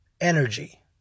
energy